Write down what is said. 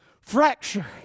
fracture